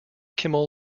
kimmel